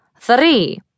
three